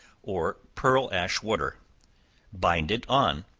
or pearl-ash water bind it on,